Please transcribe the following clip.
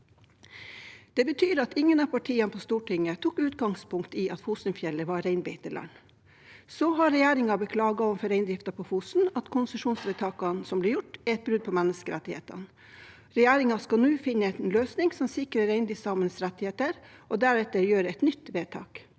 Det betyr at ingen av partiene på Stortinget tok utgangspunkt i at Fosen-fjellet var reinbeiteland. Så har regjeringen beklaget overfor reindriften på Fosen at konsesjonsvedtakene som ble gjort, er et brudd på menneskerettighetene. Regjeringen skal nå finne en løsning som sikrer reindriftssamenes rettigheter, og deretter gjøre et nytt vedtak.